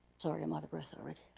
sorry, i'm out of breath already.